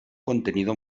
contenido